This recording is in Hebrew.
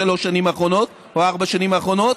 בשלוש שנים האחרונות או ארבע השנים האחרונות.